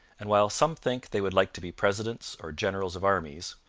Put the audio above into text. and while some think they would like to be presidents or generals of armies,